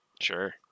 Sure